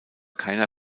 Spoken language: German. keiner